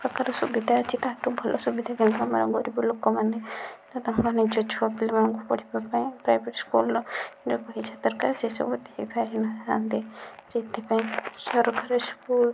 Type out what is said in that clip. ପ୍ରକାର ସୁବିଧା ଅଛି ତା'ଠାରୁ ଭଲ ସୁବିଧା ଗରିବ ଲୋକମାନେ ତାଙ୍କ ନିଜ ଛୁଆ ପିଲାମାନଙ୍କୁ ପଢ଼ିବା ପାଇଁ ପ୍ରାଇଭେଟ ସ୍କୁଲର ଯେଉଁ ପଇସା ଦରକାର ସେସବୁ ଦେଇପାରିନାହାନ୍ତି ଯେଉଁଥିପାଇଁ ସରକାରୀ ସ୍କୁଲ